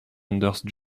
anders